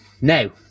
now